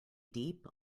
deep